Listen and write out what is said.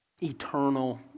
eternal